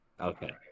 Okay